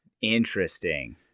Interesting